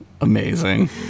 Amazing